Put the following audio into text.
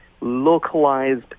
localized